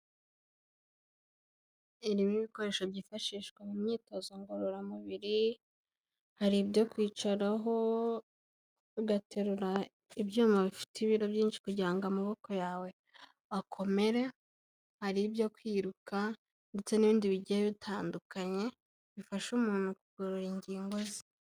Iririmo ibikoresho byifashishwa mu myitozo ngororamubiri, hari ibyo kwicaraho ugaterura ibyuma bifite ibiro byinshi kugira ngo amaboko yawe akomere, hari ibyo kwiruka ndetse n'ibindi bigiye bitandukanye bifasha umuntu kugorora ingingo ze.